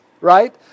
right